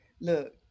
Look